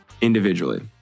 individually